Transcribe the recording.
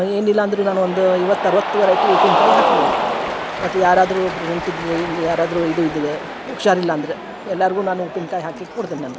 ಏನಿಲ್ಲ ಅಂದರೂ ನಾನು ಒಂದು ಐವತ್ತು ಅರ್ವತ್ತು ವೆರೈಟಿ ಉಪ್ಪಿನಕಾಯಿ ಹಾಕಿದೆವು ಮತ್ತು ಯಾರಾದರೂ ಒಬ್ಬರು ಹೊಂಟಿದ್ರೆ ಇನ್ನು ಯಾರಾದರೂ ಇದು ಇದ್ದರೆ ಹುಷಾರಿಲ್ಲ ಅಂದರೆ ಎಲ್ಲರ್ಗೂ ನಾನು ಉಪ್ಪಿನಕಾಯಿ ಹಾಕಿ ಕೊಡ್ತೀನಿ ನಾನು